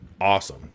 awesome